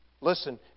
Listen